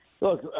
Look